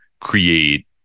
create